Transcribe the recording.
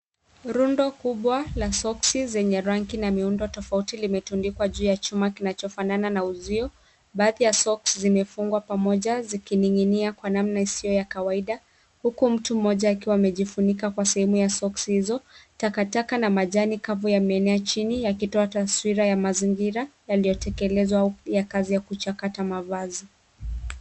Rundo kubwa la soksi zenye rangi na muundo tafauti limetundikwa juu ya chuma kinacho fanana na usio. Baadhi ya soksi zimefungwa pamoja zining'nia kwa namna hisio ya kawaida huku mtu moja akiwa amejifunika kwa sehemu ya soksi hizo. Takataka na majani kafu yameenea jini yakitoa taswira ya mazingira yaliotengeleswa au ya kazi ya kuchakata mavazi.